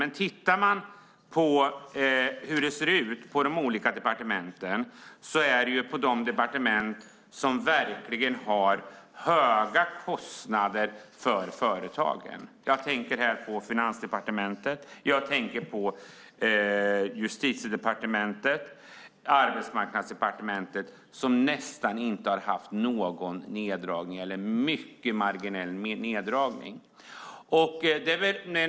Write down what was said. Men tittar man på hur det ser ut på de olika departementen handlar det om de departement som verkligen har höga kostnader för företagen. Jag tänker här på Finansdepartementet, Justitiedepartementet och Arbetsmarknadsdepartementet som nästan inte har haft någon neddragning eller en mycket marginell neddragning.